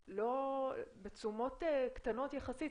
בתשומות קטנות יחסית.